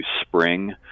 spring